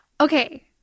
okay